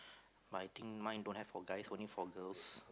but I think mine don't have for guys only for girls